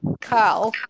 Carl